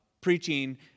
preaching